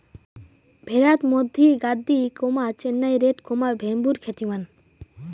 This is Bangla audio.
ভ্যাড়াত মধ্যি গাদ্দি, চেন্নাই রেড, ভেম্বুর খ্যাতিমান